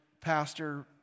pastor